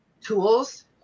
tools